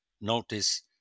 Notice